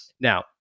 Now